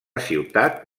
ciutat